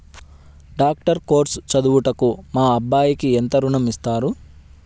Doctor course చదువుటకు మా అబ్బాయికి ఎంత ఋణం ఇస్తారు?